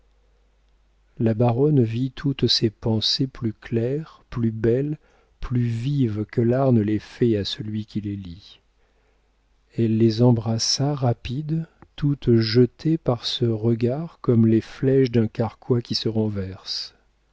la baronne vit toutes ces pensées plus claires plus belles plus vives que l'art ne les fait à celui qui les lit elle les embrassa rapides toutes jetées par ce regard comme les flèches d'un carquois qui se renverse